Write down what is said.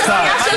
סגנית השר,